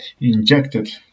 injected